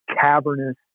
cavernous